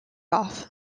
off